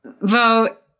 Vote